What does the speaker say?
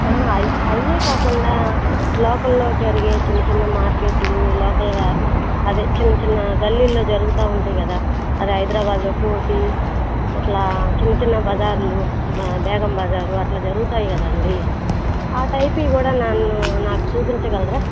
అవి అవ్వేకాకుండా లోకల్లో జరిగే చిన్న చిన్న మార్కెట్లు లోకల్గా అదే చిన్న చిన్న గల్లీల్లో జరుగుతూ ఉంటాయి కదా అదే హైదరాబాదులో కోఠి ఇలా చిన్న చిన్న బజార్లు బ బేగం బజారు అలా జరుగుతాయి కదండి ఆ టైప్వి కూడా నన్ను నాకు చూపించగలరా